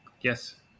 yes